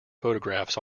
photographs